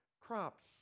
crops